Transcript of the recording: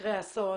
יקרה אסון